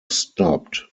stopped